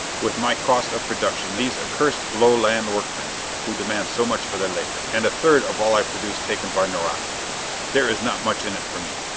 with my cost of production these accursed lowland workmen who demand so much for their labor, and a third of all i produce taken by nareda there is not much in it for me.